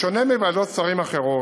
בשונה מוועדות שרים אחרות,